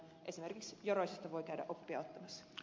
esimerkiksi joroisista voi käydä oppia ottamassa